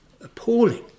appalling